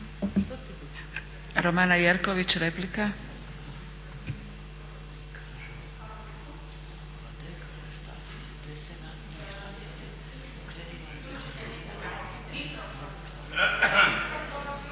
Romana Jerković, replika.